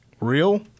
Real